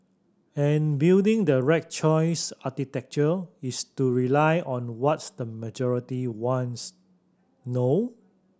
and building the right choice architecture is to rely on what the majority wants no